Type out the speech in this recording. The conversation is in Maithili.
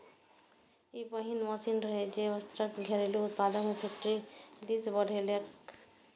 ई पहिल मशीन रहै, जे वस्त्रक घरेलू उत्पादन कें फैक्टरी दिस बढ़ेलकै